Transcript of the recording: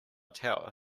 tower